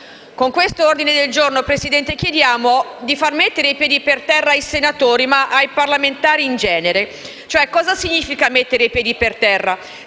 con questo ordine del giorno chiediamo di mettere i piedi per terra ai senatori e ai parlamentari in genere. Cosa significa mettere i piedi per terra?